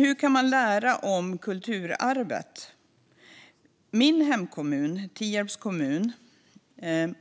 Hur kan man då lära om kulturarvet? I min hemkommun Tierp